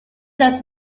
dai